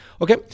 Okay